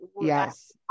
yes